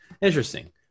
Interesting